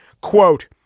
Quote